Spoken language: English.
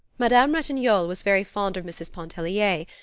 madame ratignolle was very fond of mrs. pontellier,